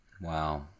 Wow